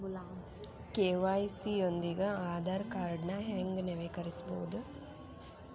KYC ಯೊಂದಿಗ ಆಧಾರ್ ಕಾರ್ಡ್ನ ಹೆಂಗ ನವೇಕರಿಸಬೋದ